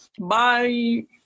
Bye